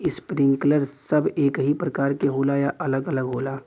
Sprinkler सब एकही प्रकार के होला या अलग अलग होला?